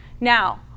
Now